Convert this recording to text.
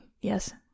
Yes